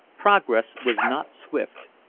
progress was not swift.